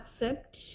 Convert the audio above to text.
accept